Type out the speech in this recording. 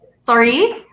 Sorry